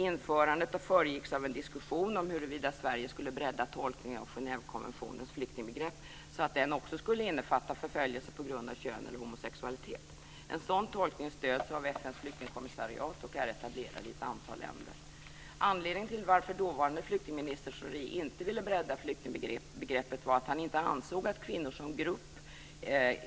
Införandet föregicks av en diskussion om huruvida Sverige skulle bredda tolkningen av Genèvekonventionens flyktingbegrepp så att den också innefattar förföljelse på grund av kön eller homosexualitet. En sådan tolkning stöds av FN:s flyktingkommissariat och är etablerad i ett antal länder. Schori inte ville bredda flyktingbegreppet var att han inte ansåg att kvinnor som grupp